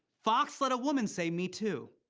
fox let a woman say me too.